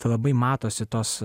labai matosi tos